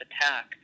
attack